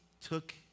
took